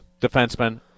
defenseman